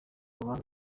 rubanza